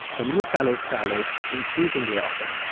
from you fellow scholars increasingly often.